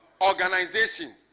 Organization